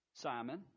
Simon